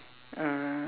uh